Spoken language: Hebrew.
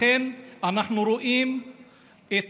לכן אנחנו רואים את